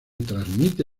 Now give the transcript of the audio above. transmite